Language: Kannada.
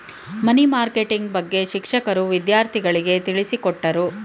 ಮನಿ ಮಾರ್ಕೆಟಿಂಗ್ ಬಗ್ಗೆ ಶಿಕ್ಷಕರು ವಿದ್ಯಾರ್ಥಿಗಳಿಗೆ ತಿಳಿಸಿಕೊಟ್ಟರು